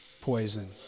Poison